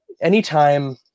anytime